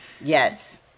Yes